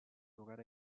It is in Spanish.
lugar